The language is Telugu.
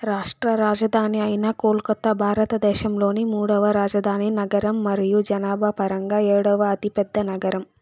రాష్ట్ర రాజధాని అయిన కోల్కతా భారతదేశంలోని మూడవ రాజధాని నగరం మరియు జనాభా పరంగా ఏడవ అతిపెద్ద నగరం